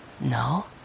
No